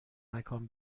مکان